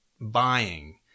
buying